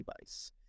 device